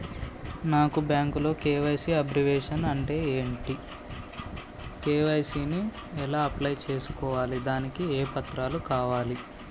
నాకు బ్యాంకులో KYC abbreviation అంటే ఏంటి కే.వై.సీ ని ఎలా అప్లై చేసుకోవాలి దానికి ఏ పత్రాలు కావాలి?